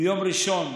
ביום ראשון,